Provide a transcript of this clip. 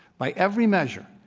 by every measure,